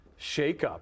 shakeup